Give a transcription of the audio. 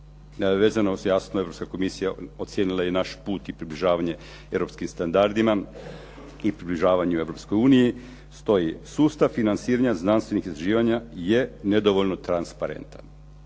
vezano uz jasno, Europska komisija ocijenila je i naš put i približavanje europskim standardima i približavanju Europskoj uniji stoji sustav financiranja znanstvenih istraživanja je nedovoljno transparentan.